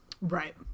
right